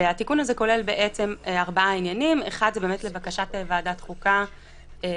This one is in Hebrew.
התיקון הזה כולל ארבעה עניינים: האחד הוא באמת לבקשת ועדת חוקה לפתוח